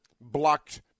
blocked